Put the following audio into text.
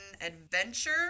Adventure